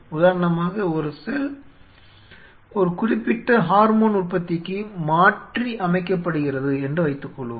உதாரணமாக ஒரு செல் ஒரு குறிப்பிட்ட ஹார்மோன் உற்பத்திக்கு மாற்றியமைக்கப்படுகிறது என்று வைத்துக்கொள்வோம்